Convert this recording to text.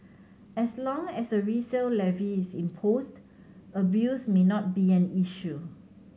as long as a resale levy is imposed abuse may not be an issue